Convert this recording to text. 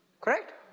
Correct